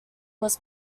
was